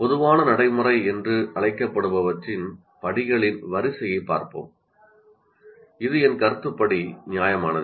பொதுவான நடைமுறை என்று அழைக்கப்படுபவற்றின் படிகளின் வரிசையைப் பார்ப்போம் இது என் கருத்துப்படி நியாயமானதே